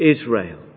Israel